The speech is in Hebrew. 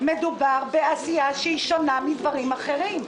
מדובר בעשייה שהיא שונה מדברים אחרים.